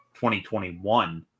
2021